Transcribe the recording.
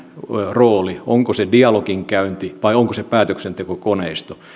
rooli onko se dialogin käynti vai onko se päätöksentekokoneisto